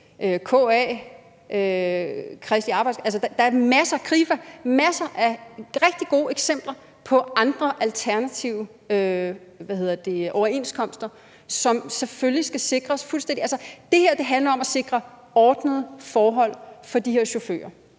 KA, Krifa. Altså, der er masser af rigtig gode eksempler på alternative overenskomster, som selvfølgelig skal sikres fuldstændig. Altså, det her handler om at sikre ordnede forhold for de her chauffører,